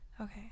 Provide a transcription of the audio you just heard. Okay